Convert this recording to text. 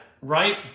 right